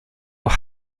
will